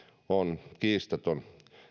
on kiistaton